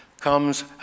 comes